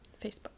Facebook